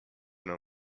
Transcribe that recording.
nur